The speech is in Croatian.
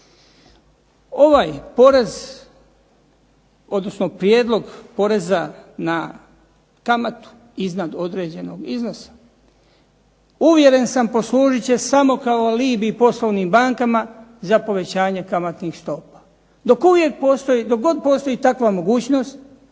Ovaj porez, odnosno prijedlog poreza na kamatu iznad određenog iznosa uvjeren sam poslužit će samo kao alibi poslovnim bankama za povećanje kamatnih stopa. Dok god postoji takva mogućnost